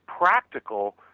practical